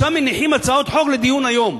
עכשיו מניחים הצעות חוק לדיון היום.